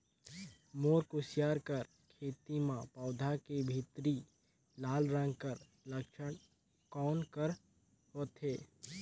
मोर कुसियार कर खेती म पौधा के भीतरी लाल रंग कर लक्षण कौन कर होथे?